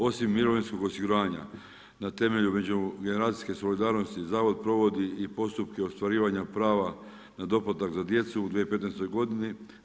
Osim mirovinskog osiguranja na temelju međugeneracijske solidarnosti, zavod provodi i postupke ostvarivanja prava na doplatak za djecu u 2015. godini.